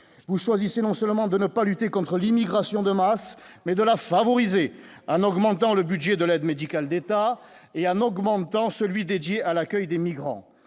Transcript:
vous choisissez non seulement de ne pas lutter contre l'immigration de masse, mais de la favoriser un augmentant le budget de l'aide médicale d'État et un augmentant celui dédié à l'accueil des migrants,